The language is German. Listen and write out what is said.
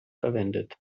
verwendet